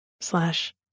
slash